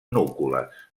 núcules